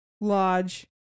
lodge